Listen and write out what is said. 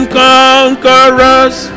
conquerors